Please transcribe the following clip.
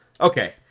Okay